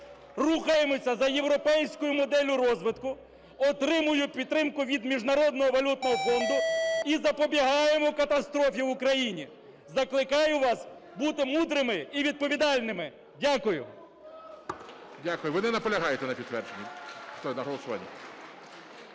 Рухаємося за європейською моделлю розвитку. Отримуємо підтримку від Міжнародного валютного фонду і запобігаємо катастрофі в Україні. Закликаю вас бути мудрими і відповідальними. Дякую.